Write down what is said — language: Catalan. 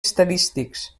estadístics